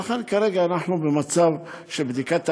לכן כרגע אנחנו במצב של בדיקת העניין.